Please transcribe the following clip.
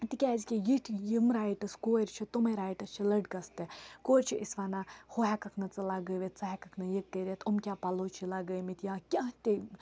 تِکیٛازِکہِ یِتھ یِم رایٹٕس کورِ چھِ تٕمَے رایٹٕس چھِ لٔڑکَس تہِ کورِ چھِ أسۍ وَنان ہُہ ہٮ۪کَکھ نہٕ ژٕ لَگٲوِتھ ژٕ ہٮ۪کَکھ نہٕ یہِ کٔرِتھ إم کیٛاہ پَلو چھِ لَگٲوۍمٕتۍ یا کیٛاہ تہِ